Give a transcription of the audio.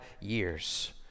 years